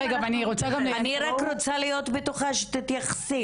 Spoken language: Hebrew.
אני רק רוצה להיות בטוחה שתתייחסי